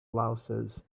louses